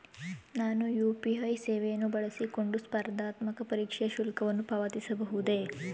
ನಾನು ಯು.ಪಿ.ಐ ಸೇವೆಯನ್ನು ಬಳಸಿಕೊಂಡು ಸ್ಪರ್ಧಾತ್ಮಕ ಪರೀಕ್ಷೆಯ ಶುಲ್ಕವನ್ನು ಪಾವತಿಸಬಹುದೇ?